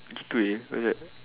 G two A what's that